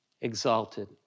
exalted